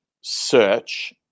search